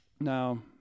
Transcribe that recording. Now